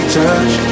touch